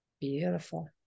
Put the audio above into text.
Beautiful